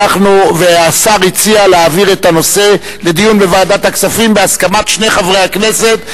והשר הציע להעביר את הנושא לדיון בוועדת הכספים בהסכמת שני חברי הכנסת.